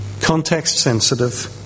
context-sensitive